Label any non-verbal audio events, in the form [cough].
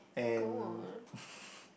and [laughs]